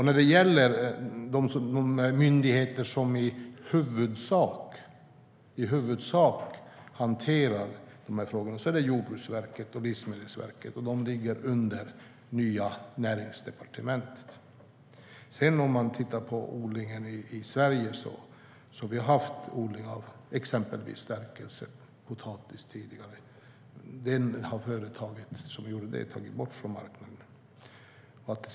När det gäller de myndigheter som i huvudsak hanterar dessa frågor är det Jordbruksverket och Livsmedelsverket, och de ligger under nya Näringsdepartementet. Om man tittar på odlingen i Sverige har vi tidigare haft odling av exempelvis stärkelse i form av potatis. Den har företaget som gjorde det tagit bort från marknaden.